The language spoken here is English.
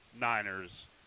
Niners